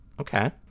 okay